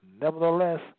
Nevertheless